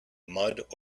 mud